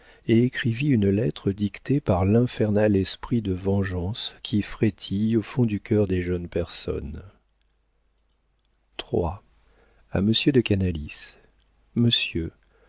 et écrivit une lettre dictée par l'infernal esprit de vengeance qui frétille au fond du cœur des jeunes personnes iii a monsieur de canalis monsieur